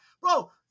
bro